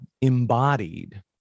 embodied